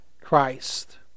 Christ